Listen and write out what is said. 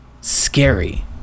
scary